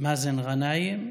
מאזן גנאים,